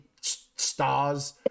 stars